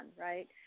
right